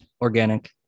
organic